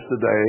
today